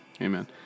Amen